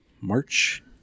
march